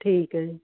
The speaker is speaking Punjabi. ਠੀਕ ਹੈ